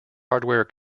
hardware